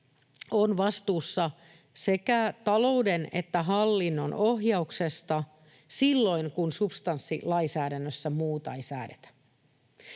on vastuussa sekä talouden että hallinnon ohjauksesta silloin, kun substanssilainsäädännössä muuta ei säädetä.